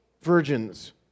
virgins